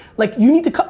like you need to,